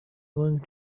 going